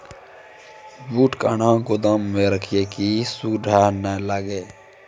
बूट कहना गोदाम मे रखिए की सुंडा नए लागे?